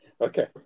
Okay